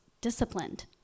disciplined